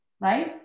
Right